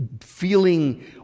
feeling